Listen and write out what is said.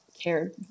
cared